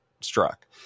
struck